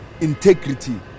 integrity